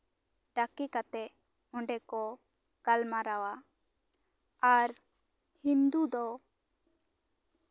ᱰᱟᱠᱮ ᱠᱟᱛᱮᱜ ᱚᱸᱰᱮ ᱠᱚ ᱜᱟᱞᱢᱟᱨᱟᱣᱟ ᱟᱨ ᱦᱤᱱᱫᱩ ᱫᱚ